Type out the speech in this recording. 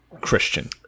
christian